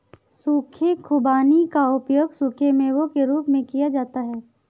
सूखे खुबानी का उपयोग सूखे मेवों के रूप में किया जाता है